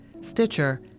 Stitcher